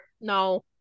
No